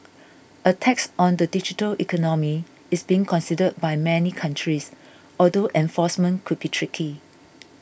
a tax on the digital economy is being considered by many countries although enforcement could be tricky